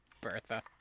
Bertha